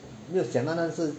没有想到那事